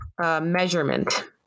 Measurement